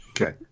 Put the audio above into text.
Okay